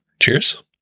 Cheers